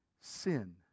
sin